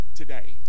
today